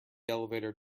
elevator